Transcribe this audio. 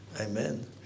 Amen